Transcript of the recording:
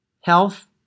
health